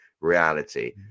reality